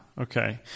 Okay